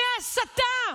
מהסתה.